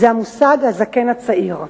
זה המושג "הזקן הצעיר".